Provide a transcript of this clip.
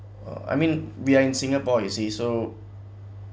uh I mean we are in singapore you see so